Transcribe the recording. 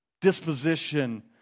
disposition